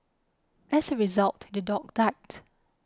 as a result the dog died